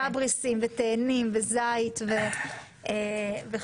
סברסים ותאנים וזית וכו'.